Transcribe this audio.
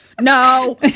No